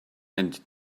and